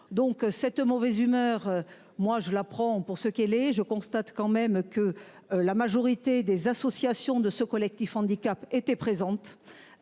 donc cette mauvaise humeur. Moi je la prends pour ce qu'elle est. Je constate quand même que la majorité des associations de ce collectif handicap était présente.